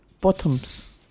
Bottoms